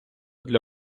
для